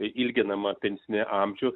ilginama pensinį amžių